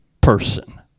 person